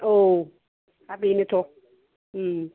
औ दा बेनोथ'